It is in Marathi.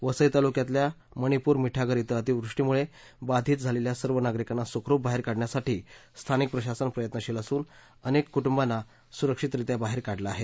वसई तालुक्यातल्या मनिपुर मिठागर इथं अतिवृष्टीमुळे बाधीत सर्व नागरीकांना सुखरूप बाहेर काढण्यासाठी स्थानिक प्रशासन प्रयत्नशील असून अनेक कुटुंबाना सुरक्षितरीत्या बाहेर काढलं आहे